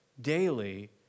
daily